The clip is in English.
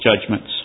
judgments